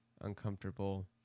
uncomfortable